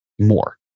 more